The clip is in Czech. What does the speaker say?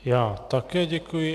Já také děkuji.